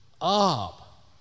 up